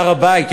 הר-הבית,